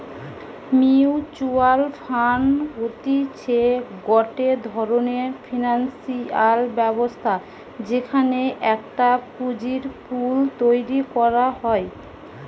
mutual fund হতিছে গটে ধরণের ফিনান্সিয়াল ব্যবস্থা যেখানে একটা পুঁজির পুল তৈরী করা হয়